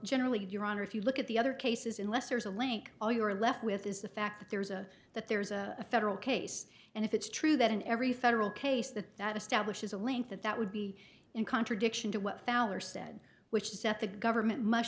generally your honor if you look at the other cases in less there's a link all you are left with is the fact that there's a that there's a federal case and if it's true that in every federal case that that establishes a link that that would be in contradiction to what fowler said which is that the government must